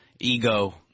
ego